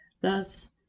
Thus